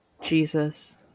Jesus